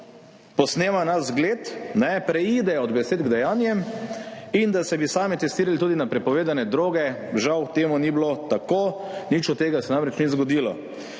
posnemali naš zgled, prešli od besed k dejanjem in da bi se tudi sami testirali na prepovedane droge. Žal to ni bilo tako. Nič od tega se namreč ni zgodilo.